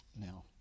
Now